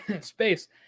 space